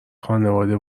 خانواده